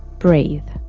breathe.